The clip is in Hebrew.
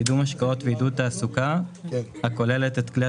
קידום השקעות ועידוד תעסוקה הכוללת את כלי